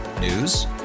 News